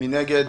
מי נגד?